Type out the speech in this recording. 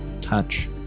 touch